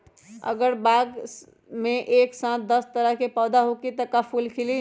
अगर बाग मे एक साथ दस तरह के पौधा होखि त का फुल खिली?